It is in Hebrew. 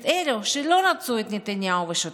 את אלו שלא רצו את נתניהו ושותפיו,